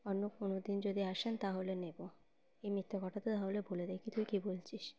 অন্য কোনো দিন যদি আসেন তাহলে নেব এই মিথ্যা কথাটা তাহলে বলে দিই তুই কী বলছিস